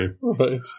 Right